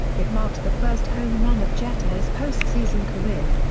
it marked the first home run of jeter's postseason career.